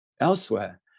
elsewhere